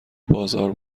بازار